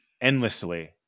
endlessly